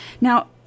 Now